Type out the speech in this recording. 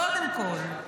קודם כול.